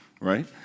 right